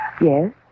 Yes